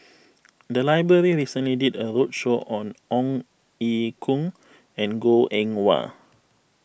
the library recently did a roadshow on Ong Ye Kung and Goh Eng Wah